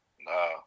No